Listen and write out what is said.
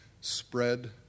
spread